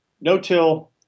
no-till